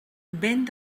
vent